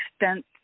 extent